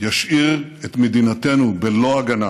ישאיר את מדינתנו בלא הגנה